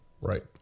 right